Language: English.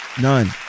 None